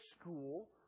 school